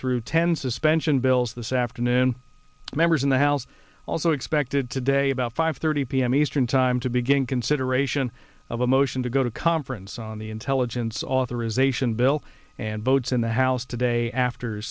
through ten suspension bills this afternoon members in the house also expected today about five thirty p m eastern time to begin consideration of a motion to go to conference on the intelligence authorization bill and votes in the house today after